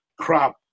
crop